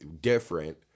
different